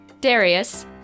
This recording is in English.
Darius